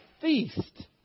feast